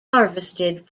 harvested